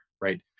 right